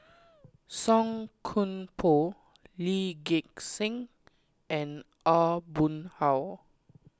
Song Koon Poh Lee Gek Seng and Aw Boon Haw